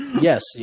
Yes